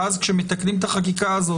שאז כשמתקנים את החקיקה הזאת,